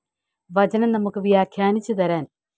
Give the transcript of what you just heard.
വചനം നമുക്ക് വ്യാഖ്യാനിച്ചു തരാൻ